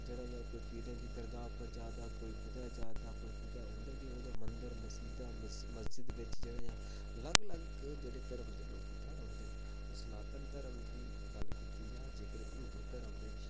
जेह्डे़ कि कोई पीरें दी दरगाह् उप्पर जा दा कोई कुदै जा दा उंदे ओह् मसीता मंदर जेह्ड़े अलग अलग धर्म दे लोग जेह्ड़े इत्थें रौहंदे न ते सनातन धर्म दी जेकर गल्ल कीती जा हिंदु धर्म बिच